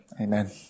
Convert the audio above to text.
Amen